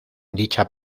dicha